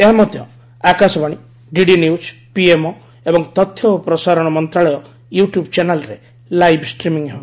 ଏହା ମଧ୍ୟ Akashvani DD news PMO ଏବଂ ତଥ୍ୟ ଓ ପ୍ରସାରଣ ମନ୍ତ୍ରଣାଳୟ ୟୁଟ୍ୟୁବ୍ ଚ୍ୟାନେଲ୍ରେ ଲାଇଭ୍ ଷ୍ଟ୍ରିମିଂ ହେବ